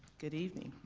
good evening.